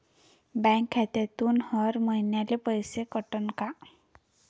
Bank खात्यातून हर महिन्याले पैसे कटन का?